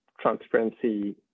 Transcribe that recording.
transparency